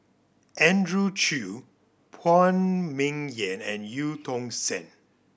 Andrew Chew Phan Ming Yen and Eu Tong Sen